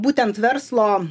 būtent verslo